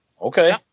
Okay